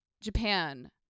Japan